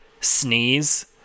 sneeze